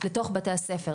לתוך בתי הספר.